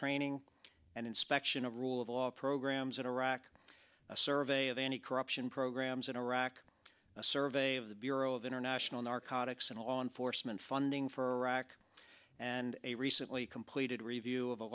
training and inspection of rule of law programs in iraq a survey of any corruption programs in iraq a survey of the bureau of international narcotics and law enforcement funding for rock and a recently completed